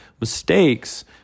mistakes